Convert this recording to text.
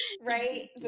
Right